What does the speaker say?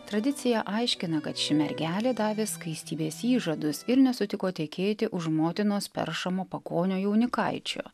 tradicija aiškina kad ši mergelė davė skaistybės įžadus ir nesutiko tekėti už motinos peršamo pagonio jaunikaičio